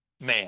man